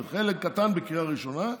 וחלק קטן בקריאה ראשונה.